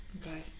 Okay